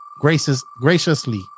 graciously